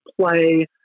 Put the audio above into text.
play